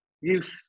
youth